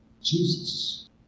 Jesus